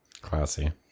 Classy